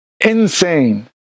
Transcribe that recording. Insane